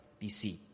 BC